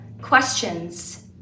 questions